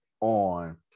on